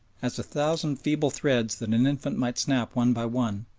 as a thousand feeble threads that an infant might snap one by one,